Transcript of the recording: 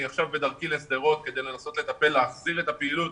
אני עכשיו בדרכי לשדרות כדי לנסות לטפל ולהחזיר את הפעילות